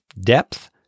depth